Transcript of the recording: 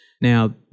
Now